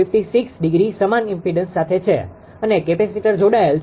56° સમાન ઈમ્પીડન્સ સાથે છે અને કેપેસીટર જોડાયેલ છે